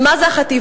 ומה זה החטיבה?